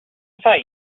thought